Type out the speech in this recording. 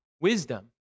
wisdom